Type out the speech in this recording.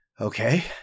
Okay